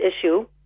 issue